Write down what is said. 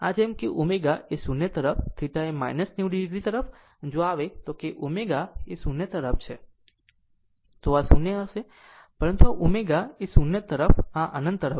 આમ જેમ કે ω એ 0 તરફ θ એ 90 o જો આવે કે જો ω એ 0 તરફ છે તો આ 0 હશે પરંતુ ω એ 0 તરફ આ અનંત તરફ છે